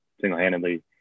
single-handedly